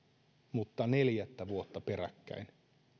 mutta neljättä vuotta peräkkäin